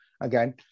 again